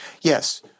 Yes